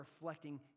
reflecting